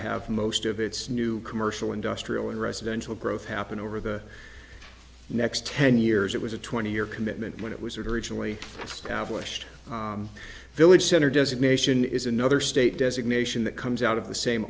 have most of its new commercial industrial and residential growth happened over the next ten years it was a twenty year commitment when it was originally stablished village center designation is another state designation that comes out of the same